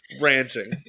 ranching